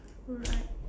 right